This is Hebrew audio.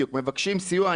בדיוק, הם מבקשים סיוע.